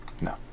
No